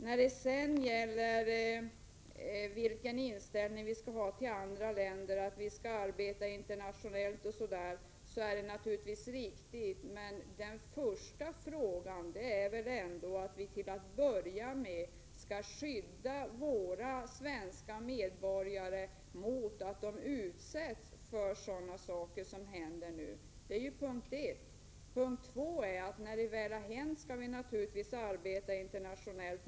Det som justitieministern sade om inställningen till andra länder och internationellt arbete är naturligtvis riktigt, men först bör vi väl skydda våra svenska medborgare mot att utsättas för sådant som det här är fråga om. Det är det första. Det andra är att vi när problemen uppstått givetvis skall arbeta internationellt.